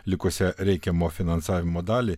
likusią reikiamo finansavimo dalį